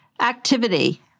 activity